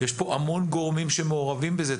יש פה המון גורמים שמעורבים בזה.